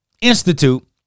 Institute